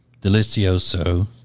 delicioso